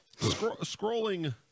Scrolling